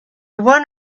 one